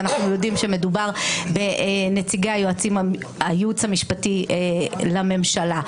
ואנחנו יודעים שמדובר בנציגי הייעוץ המשפטי לממשלה.